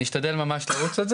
אני אגיד שזה לא סוד,